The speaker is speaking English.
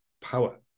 power